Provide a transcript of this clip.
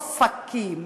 אופקים,